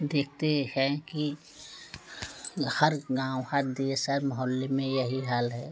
देखते हैं कि हर गाँव हर देश हर मोहल्ले में यही हाल है